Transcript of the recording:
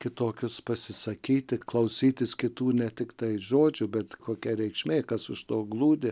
kitokius pasisakyti klausytis kitų ne tiktai žodžių bet kokia reikšmė kas už to glūdi